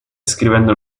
scrivendo